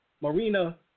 Marina